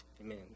Amen